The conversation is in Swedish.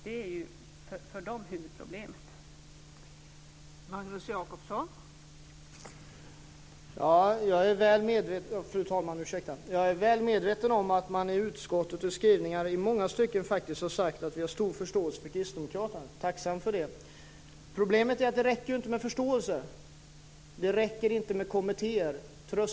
Det är ju huvudproblemet för dem.